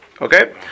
Okay